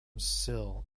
sill